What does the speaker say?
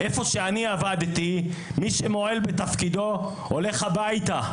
איפה שאני עבדתי, מי שמועל בתפקידו הולך הביתה.